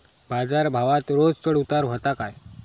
बाजार भावात रोज चढउतार व्हता काय?